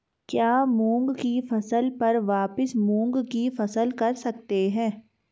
क्या मूंग की फसल पर वापिस मूंग की फसल कर सकते हैं?